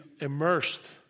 immersed